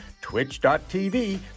twitch.tv